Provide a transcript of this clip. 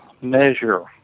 measure